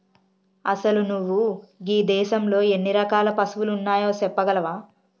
అసలు నువు గీ దేసంలో ఎన్ని రకాల పసువులు ఉన్నాయో సెప్పగలవా